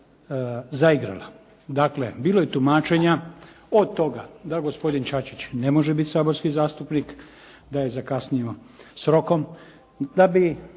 zaigrala. Dakle, bilo je tumačenja od toga da gospodin Čačić ne može biti saborski zastupnik, da je zakasnio s rokom da bi